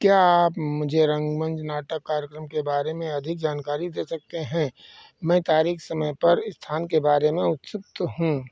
क्या आप मुझे रंगमंच नाटक कार्यक्रम के बारे में अधिक जानकारी दे सकते हैं मैं तारीख़ समय पर स्थान के बारे में उत्सुक हूँ